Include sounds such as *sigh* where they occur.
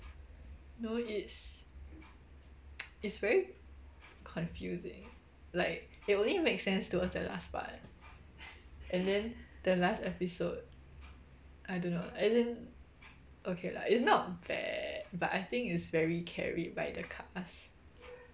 no it's *noise* it's very confusing like it only makes sense towards the last part and then the last episode I don't know lah as in okay lah it's not bad but I think it's very carried by the cast